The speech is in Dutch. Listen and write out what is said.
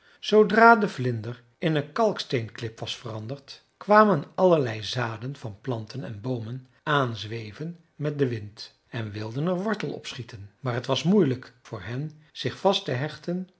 zoodra de vlinder in een kalksteenklip was veranderd kwamen allerlei zaden van planten en boomen aanzweven met den wind en wilden er wortel op schieten maar t was moeilijk voor hen zich vast te hechten